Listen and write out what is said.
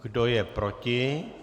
Kdo je proti?